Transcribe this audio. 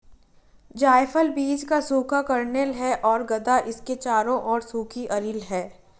जायफल बीज का सूखा कर्नेल है और गदा इसके चारों ओर सूखी अरिल है